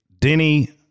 Denny